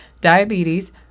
diabetes